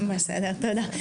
אוקיי, בסדר, תודה.